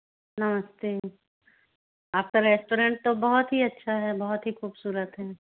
नमस्ते आपका रेस्टोरेंट तो बहुत ही अच्छा है बहुत ही खूबसूरत है